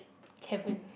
heaven